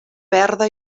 verda